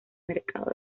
mercado